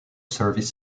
service